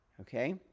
Okay